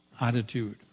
attitude